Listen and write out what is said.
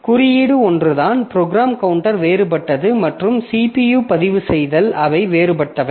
குறியீடு ஒன்றுதான் program counter வேறுபட்டது மற்றும் CPU பதிவுசெய்தல் அவை வேறுபட்டவை